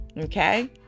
okay